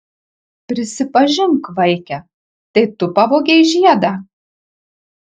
prisipažink vaike tai tu pavogei žiedą